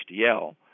HDL